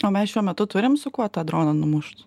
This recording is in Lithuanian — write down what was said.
o mes šiuo metu turim su kuo tą droną numušt